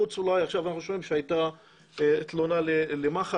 חוץ עכשיו אנחנו שומעים שהייתה תלונה למח"ש,